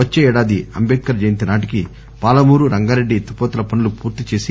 వచ్చే ఏడాది అంబేడ్కర్ జయంతి నాటికి పాలమూరు రంగారెడ్డి ఎత్తిపోతల పనులు పూర్తి చేసి